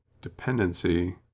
dependency